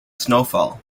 snowfall